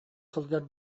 сылдьар